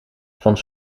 van